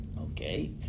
Okay